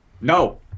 No